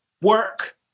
work